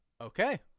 okay